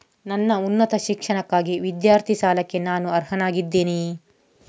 ನನ್ನ ಉನ್ನತ ಶಿಕ್ಷಣಕ್ಕಾಗಿ ವಿದ್ಯಾರ್ಥಿ ಸಾಲಕ್ಕೆ ನಾನು ಅರ್ಹನಾಗಿದ್ದೇನೆಯೇ?